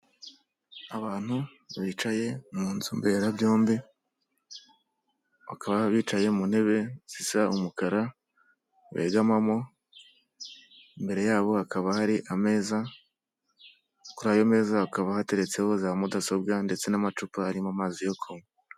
Abantu bicaye mu nzu mberabyombi, bakaba bicaye mu ntebe zisa umukara begamamo, imbere yabo hakaba hari ameza, kuri ayo meza hakaba hateretseho za mudasobwa ndetse n'amacupa arimo amazi yo kunywa.